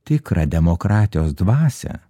tikrą demokratijos dvasią